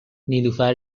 نیلوفر